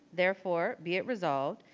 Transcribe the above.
therefore, be it resolved,